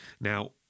Now